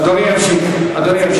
אדוני ימשיך.